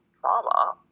trauma